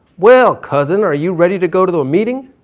well cousin, are you ready to go to the meeting,